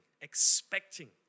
expecting